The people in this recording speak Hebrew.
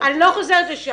אני לא חוזרת לשם.